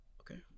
okay